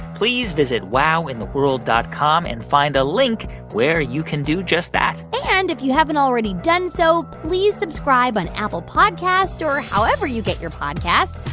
please visit wowintheworld dot com and find a link where you can do just that and if you haven't already done so please, subscribe on apple podcasts or however you get your podcasts.